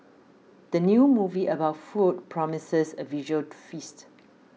the new movie about food promises a visual feast